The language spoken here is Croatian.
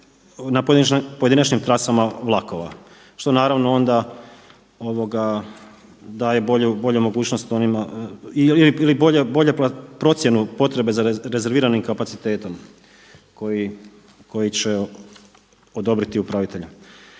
na pojedinačnim trasama vlakova što naravno onda daje bolju mogućnost onima, ili bolju procjenu potrebe za rezerviranim kapacitetom koji će odobriti upravitelj.